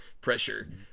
pressure